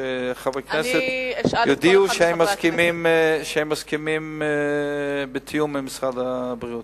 שחברי הכנסת יודיעו שהם מסכימים שזה יהיה בתיאום עם משרד הבריאות.